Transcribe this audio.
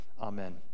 Amen